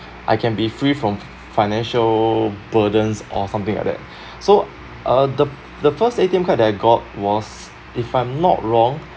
I can be free from financial burdens or something like that so uh the the first A_T_M card that I got was if I'm not wrong